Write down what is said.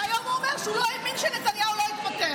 והיום הוא אומר שהוא לא האמין שנתניהו לא יתפטר.